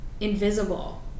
invisible